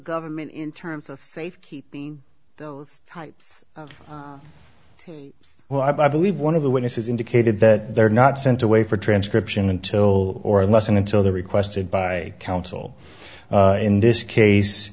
government in terms of safe keeping those two well i believe one of the witnesses indicated that they were not sent away for transcription until or unless and until the requested by counsel in this